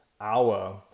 hour